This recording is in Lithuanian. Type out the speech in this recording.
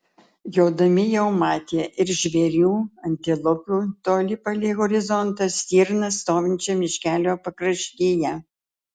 jodami jau matė ir žvėrių antilopių toli palei horizontą stirną stovinčią miškelio pakraštyje